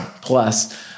plus